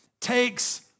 takes